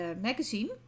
magazine